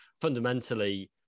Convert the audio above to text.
fundamentally